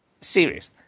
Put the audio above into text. Serious